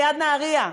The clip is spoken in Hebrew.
ליד נהריה.